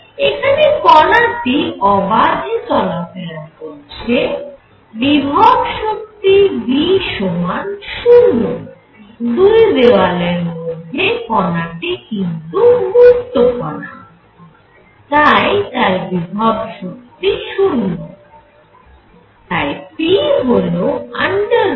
এখানে কণাটি অবাধে চলাফেরা করছে বিভব শক্তি V সমান শূন্য দুটি দেওয়ালের মধ্যে কণাটি কিন্তু মুক্ত কণা তাই তার বিভব শক্তি 0 তাই p হল 2mE